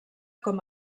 com